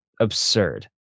absurd